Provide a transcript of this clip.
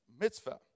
Mitzvah